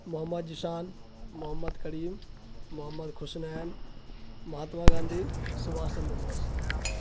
محمد جیشان محمد کریم محمد کھوشنین مہاتما گاندھی سبھاس چندر بوس